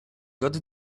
got